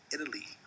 Italy